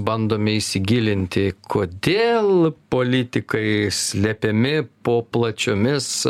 bandome įsigilinti kodėl politikai slepiami po plačiomis